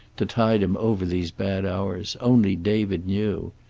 to tide him over these bad hours, only david knew.